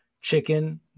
chicken